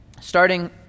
Starting